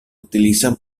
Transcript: utilizan